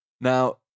now